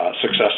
success